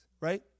right